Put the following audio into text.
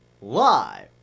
live